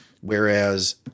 whereas